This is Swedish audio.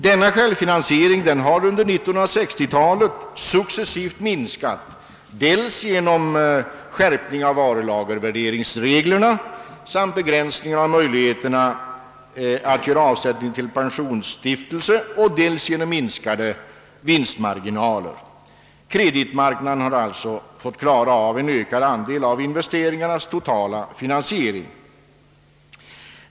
Denna självfinansiering har under 1960-talet successivt minskat genom skärpning av varulagervärderingsreglerna samt begränsning av möjlig heterna att göra avsättning till pensionsstiftelser ävensom genom minskade vinstmarginaler. Kreditmarknaden har alltså fått klara av en ökad andel av investeringarnas totala finansiering.